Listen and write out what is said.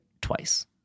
twice